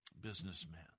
businessman